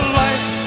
life